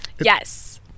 Yes